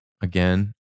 again